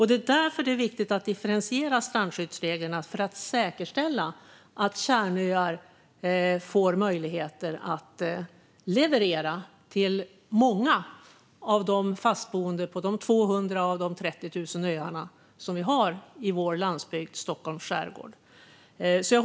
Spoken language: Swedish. Det är därför det är viktigt att differentiera strandskyddsreglerna, för att säkerställa att kärnöar får möjlighet att leverera till många av de fastboende på de 200 av de 30 000 öar vi har i vår landsbygd i Stockholms skärgård.